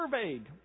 surveyed